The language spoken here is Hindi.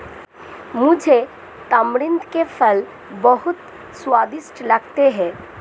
मुझे तमरिंद के फल बहुत स्वादिष्ट लगते हैं